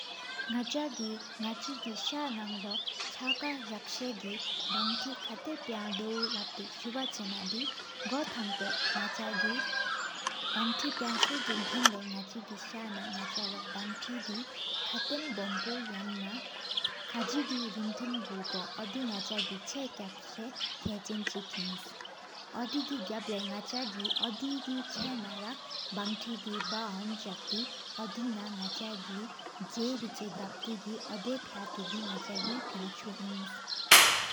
ནག་ཆ་གི་ནག་ཅི་ས་ན་ལོ་ཆ་ཀ་ཟག་སོ་གི། བང་ཐི་ས་སྔོན་མ་ཕང་དོན་ལབ་ཏེ་སྦོཨ་ཆ་ན་དི། གོ་དང་པོ་ནག་ཆ་གི་བངས་ཐི་ཕང་ས་གི་འགུ་གཟིགས། ནག་ཆ་གི་ནག་ཅི་ས་ན་བང་ཐི་དི། ཁ་སྟར་བང་སྒལ་ཀར་སྔོན་ན་ཀ་གི་རིང་ཐུང་གོ། གོ་པོ་ཨོ་དེ་ནག་ཆ་གི་འཆག་ས་དི་འཁྲིགས་ཅན། ཞིག་ངི་ཨོ་དེ་གི་གབ་ལས་ནག་ཆ་གི་ཨོ་དེ་གི་འཆག། ན་ར་བང་ཐི་དི་འབག་ཧོན་ཟག་ཏེ་དི་ཆོས་ན། ནག་ཆ་གི་སྟོ་གཉིས་དགུ་སྼཱེ་གི་ཨོ་དེ་པང་ཡིག་པ། ནག་ཆ་གི་པང་འཚིམས་ཡིག་པ།